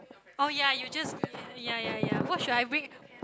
oh ya you just ya ya ya what should I bring